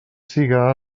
siga